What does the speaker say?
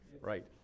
right